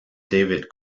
david